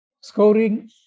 scoring